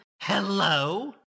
Hello